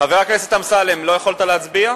חבר הכנסת אמסלם, לא יכולת להצביע?